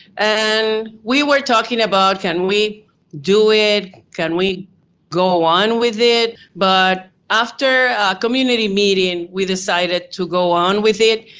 and we were talking about, can we do it, can we go on with it, but after a community meeting, we decided to go on with it,